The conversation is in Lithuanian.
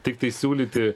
tiktai siūlyti